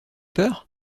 peur